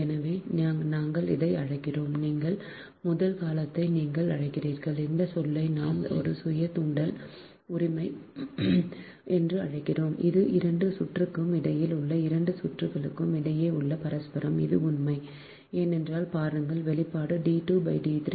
எனவே நாங்கள் இதை அழைக்கிறோம் நீங்கள் முதல் காலத்தை நீங்கள் அழைக்கிறீர்கள் இந்த சொல்லை நாம் ஒரு சுய தூண்டல் உரிமை என்று அழைக்கிறோம் இது 2 சுற்றுகளுக்கு இடையில் உள்ள 2 சுற்றுகளுக்கு இடையே உள்ள பரஸ்பரம் இது உண்மை ஏனென்றால் பாருங்கள் வெளிப்பாடு d 2 d 3